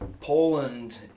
Poland